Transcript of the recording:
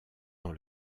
dans